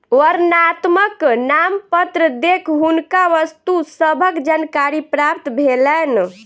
वर्णनात्मक नामपत्र देख हुनका वस्तु सभक जानकारी प्राप्त भेलैन